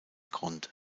grund